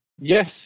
Yes